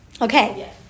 Okay